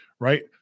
Right